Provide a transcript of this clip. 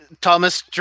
Thomas